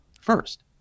first